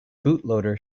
bootloader